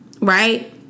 right